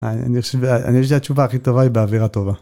אני חושב שזו התשובה הכי טובה היא באווירה טובה.